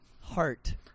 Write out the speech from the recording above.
Heart